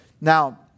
Now